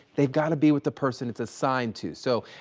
they've got to be with the person it's assigned to. so